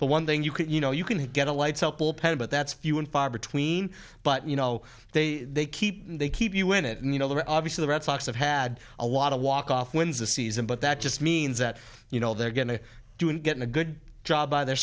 the one thing you could you know you can get a light supple pen but that's few and far between but you know they they keep they keep you in it and you know they're obviously the red sox have had a lot of walk off wins a season but that just means that you know they're going to do and getting a good job by their